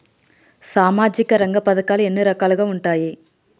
సామాజిక రంగ పథకాలు ఎన్ని రకాలుగా ఉంటాయి?